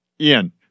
Ian